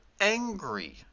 angry